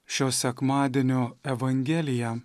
šio sekmadienio evangeliją